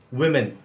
women